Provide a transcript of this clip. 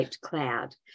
cloud